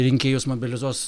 rinkėjus mobilizuos